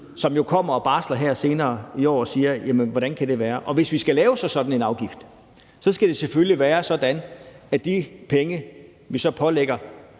som jo barsler her senere i år og så siger, hvordan det kan være. Og hvis vi så skal lave sådan en afgift, skal det selvfølgelig være sådan, at de penge, vi så pålægger,